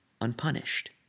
unpunished